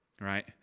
right